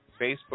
facebook